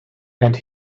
and